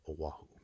Oahu